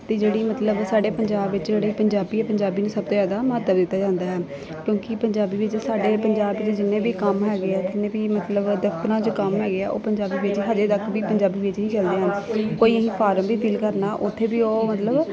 ਅਤੇ ਜਿਹੜੀ ਮਤਲਬ ਸਾਡੇ ਪੰਜਾਬ ਵਿੱਚ ਜਿਹੜੀ ਪੰਜਾਬੀ ਹੈ ਪੰਜਾਬੀ ਨੂੰ ਸਭ ਤੋਂ ਜ਼ਿਆਦਾ ਮਹੱਤਵ ਦਿੱਤਾ ਜਾਂਦਾ ਹੈ ਕਿਉਂਕਿ ਪੰਜਾਬੀ ਵਿੱਚ ਸਾਡੇ ਪੰਜਾਬ ਦੇ ਜਿੰਨੇ ਵੀ ਕੰਮ ਹੈਗੇ ਹੈ ਜਿੰਨੇ ਵੀ ਮਤਲਬ ਦਫਤਰਾਂ 'ਚ ਕੰਮ ਹੈਗੇ ਹੈ ਉਹ ਪੰਜਾਬੀ ਵਿੱਚ ਅਜੇ ਤੱਕ ਵੀ ਪੰਜਾਬੀ ਵਿੱਚ ਹੀ ਚੱਲਦੇ ਹਨ ਕੋਈ ਅਸੀਂ ਫਾਰਮ ਵੀ ਫਿਲ ਕਰਨਾ ਉੱਥੇ ਵੀ ਉਹ ਮਤਲਬ